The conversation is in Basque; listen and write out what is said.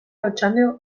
otxandio